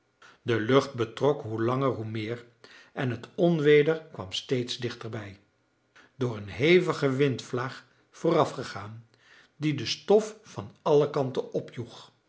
de lucht betrok hoe langer hoe meer en het onweder kwam steeds dichterbij door een hevige windvlaag voorafgegaan die de stof van alle kanten opjoeg